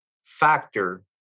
factor